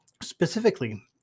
Specifically